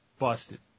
Busted